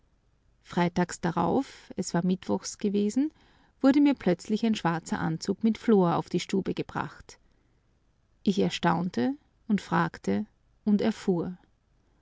freitags darauf es war mittwochs gewesen wurde mir plötzlich ein schwarzer anzug mit flor auf die stube gebracht ich erstaunte und fragte und erfuhr